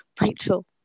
rachel